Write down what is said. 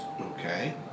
okay